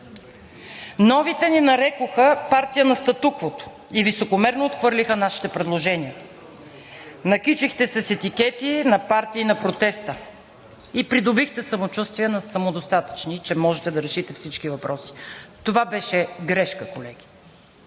Новите ни нарекоха „партия на статуквото“ и високомерно отхвърлиха нашите предложения. Накичихте се с етикети на „партии на протеста“ и придобихте самочувствие на самодостатъчни, че можете да решите всички въпроси. Това беше грешка, колеги.